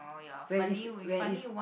where is where is